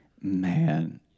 Man